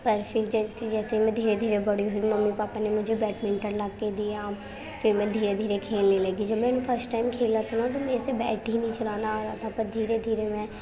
پر پھر جیسے جیسے میں دھیرے دھیرے بڑی ہو گئی ممی پاپا نے مجھے بیٹمنٹن لا کے دیا پھر میں دھیرے دھیرے کھیلنے لگی جب میں نے فرسٹ ٹائم کھیلا تھا ناں تو میرے سے بیٹ ہی نہیں چلانا آ رہا تھا پر دھیرے دھیرے میں